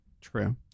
True